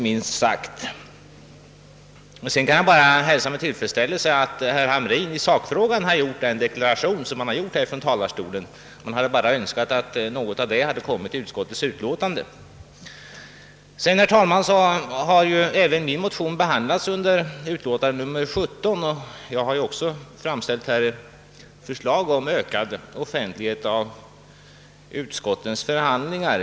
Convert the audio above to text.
Men sedan hälsar jag med tillfredsställelse att herr Hamrin i sakfrågan gjorde den deklaration han ändå gjorde från denna talarstol. Jag önskar bara att något därav också hade kommit med i utskottets utlåtande. Även min motion har behandlats i konstitutionsutskottets förevarande utlåtande nr 17, och jag har också framställt förslag om ökad offentlighet vid utskottens förhandlingar.